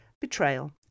betrayal